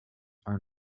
are